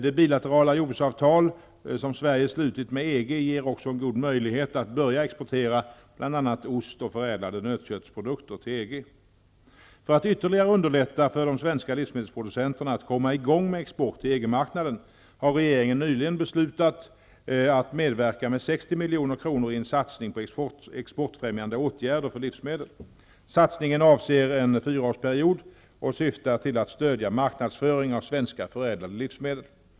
Det bilaterala jordbruksavtal Sverige slutit med EG ger också en god möjlighet att börja exportera bl.a. ost och förädlade nötköttsprodukter till EG. För att ytterligare underlätta för de svenska livsmedelsproducenterna att komma i gång med export till EG-marknaden har regeringen nyligen beslutat att medverka med 60 milj.kr. i en satsning på exportfrämjande åtgärder för livsmedel. Satsningen avser en fyraårsperiod och syftar till att stödja marknadsföring av svenska förädlade livsmedel.